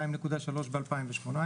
2.3 מיליארד ב-2018,